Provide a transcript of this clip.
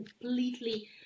completely